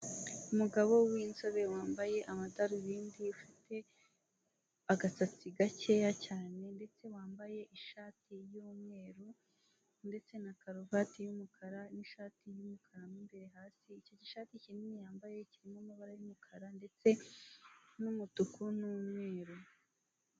Umugabo winzobe wambaye amadarubindi ufite agasatsi gakeya cyane ndetse wambaye ishati yumweru ndetse na karuvate y'umukara nishati yumukara mo imbere hasi icyo gishati yambaye kinini yambaye kirimo amabara yumukara ndetse numutuku numweru.